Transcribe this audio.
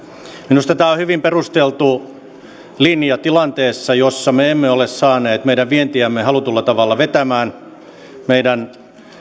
minusta tämä on hyvin perusteltu linja tilanteessa jossa me emme ole saaneet meidän vientiämme halutulla tavalla vetämään meidän